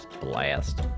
Blast